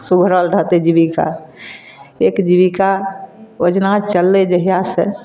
सुधरल रहतै जीबिका एक जीबिका योजना चललै जहिआँसँ